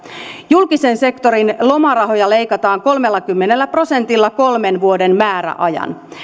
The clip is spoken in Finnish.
julkisen sektorin lomarahoja leikataan kolmellakymmenellä prosentilla kolmen vuoden määräajan